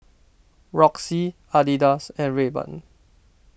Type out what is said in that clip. Roxy Adidas and Rayban